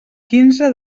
quinze